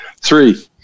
Three